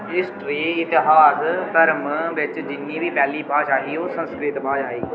history इतिहास धर्म बिच्च जिन्नी बी पैह्ली भाशा ही ओह् संस्कृत भाशा ही